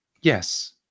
Yes